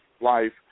life